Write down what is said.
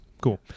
cool